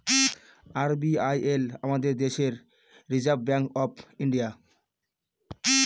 RBI হল আমাদের দেশের রিসার্ভ ব্যাঙ্ক অফ ইন্ডিয়া